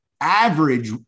average